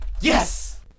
Yes